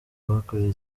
bakoreye